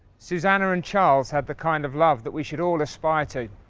susannah and charles had the kind of love that we should all aspire to.